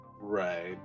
Right